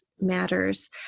matters